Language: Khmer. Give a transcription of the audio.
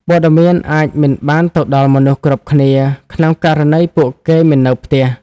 ព័ត៌មានអាចមិនបានទៅដល់មនុស្សគ្រប់គ្នា ក្នុងករណីពួកគេមិននៅផ្ទះ។